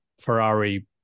Ferrari